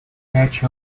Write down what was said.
catch